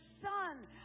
son